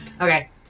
Okay